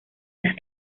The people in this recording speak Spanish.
las